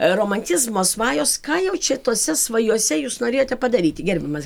romantizmo svajos ką jau čia tose svajose jūs norėjote padaryti gerbiamas